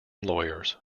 lawyers